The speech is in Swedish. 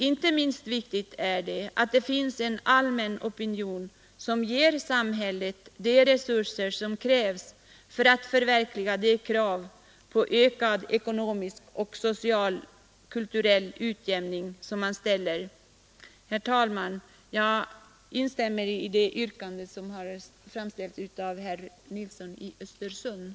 Inte minst viktigt är att det finns en allmän opinion för att ge samhället de resurser som krävs för att förverkliga de krav på ökad ekonomisk, social och kulturell utjämning som ställs. Herr talman! Jag instämmer i herr Nilssons i Östersund yrkande om bifall till utskottets hemställan.